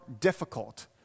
difficult